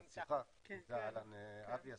אהלן, אבי.